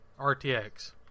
RTX